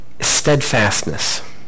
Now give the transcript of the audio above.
steadfastness